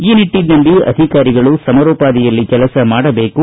ಈ ನಿಟ್ಟನಲ್ಲಿ ಅಧಿಕಾರಿಗಳು ಸಮರೋಪಾದಿಯಲ್ಲಿ ಕೆಲಸ ಮಾಡಬೇಕು